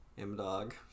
M-Dog